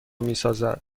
میسازد